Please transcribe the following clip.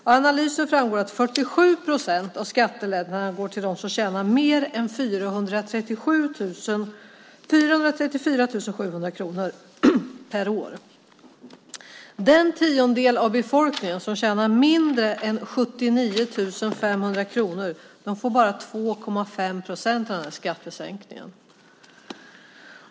Av analysen framgår att 47 procent av skattelättnaderna går till dem som tjänar mer än 434 700 kronor per år. Den tiondel av befolkningen som tjänar mindre än 79 500 kronor får bara 2,5 procent av den skattesänkningen.